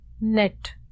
net